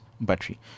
battery